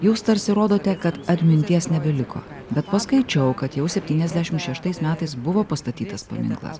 jūs tarsi rodote kad atminties nebeliko bet paskaičiau kad jau septyniasdešimt šeštais metais buvo pastatytas paminklas